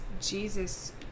jesus